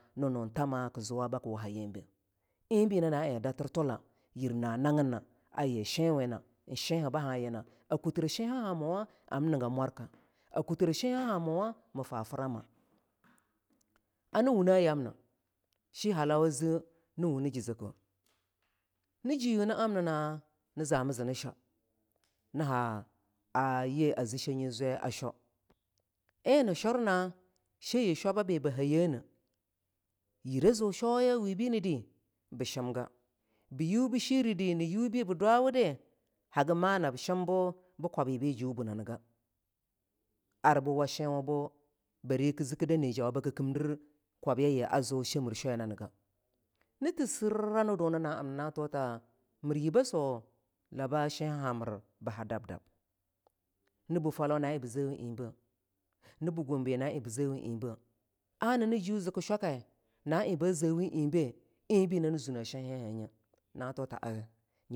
Nii nun thamah kii zuwa ba kii waha yambe eing be nyina na eing datir tula yir na aginna a ii shinwena eing shinhibaha ina, kutire inhamuwa am niga mwarka a kutire shinhamuwa mii fa frama ani wune yamna she halawa ze ni wunni jeah zakawon ni jeah yu na amnina nii zamii ni zani shwa nii ha a yii zeana sheni zwai shweaw eing nii shurna shayi shwababii bahayeneh yire zu shoya we binidi bu shimgo bii yu bii shiredinii yu bii budwawudi hagima nab shimbu kwabya bii jue bumagah ar bii washenwu bii bari kii ziki da ni jaah wa baki kimdir kwabyayi zu shemir shwayaniga ni thi sirrah nii duni naam na na thuta mirybbe swo laba shenhamir baha dab-dab nii buh falau na eing bii ze wung eing beh, nii bu gombe na eing bii zewuin eingbe ana ni zu ziki shwake na eing ba zewun eingbe eingbe nani zuneh shenhehanye.